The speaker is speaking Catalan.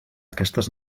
aquestes